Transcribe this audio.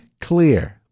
clear